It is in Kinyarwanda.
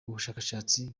ubushakashatsi